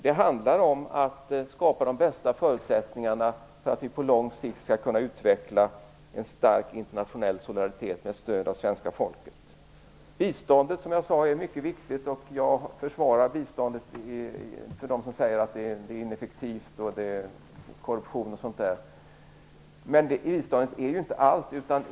Det handlar om att skapa de bästa förutsättningarna så att vi på lång sikt skall kunna utveckla en stark internationell solidaritet med stöd av svenska folket. Biståndet är, som jag sade, mycket viktigt. Jag försvarar biståndet mot dem som säger att det är ineffektivt och drabbat av korruption och sådant där. Men biståndet är inte allt.